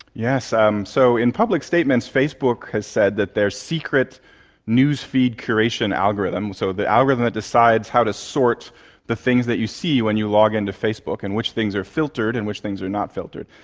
yes, um so in public statements, facebook has said that their secret newsfeed duration algorithms, so the algorithm that decides how to sort the things that you see when you log into facebook and which things are filtered and which things are not filtered,